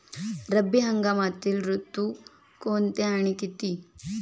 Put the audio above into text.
रब्बी हंगामातील ऋतू कोणते आणि किती?